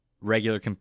regular